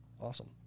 Awesome